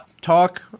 talk